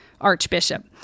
archbishop